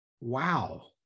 wow